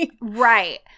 Right